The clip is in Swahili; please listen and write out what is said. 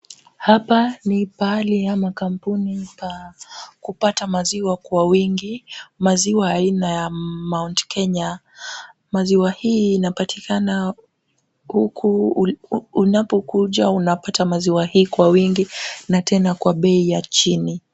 Hapa ni mahali ama kampuni pa kupata maziwa kwa wingi. Maziwa aina ya Mount Kenya. Maziwa hii yanapatikana huku unapokuja unapata maziwa hii kwa wingi na tenakwa bei ya chini.